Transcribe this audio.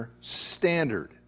standard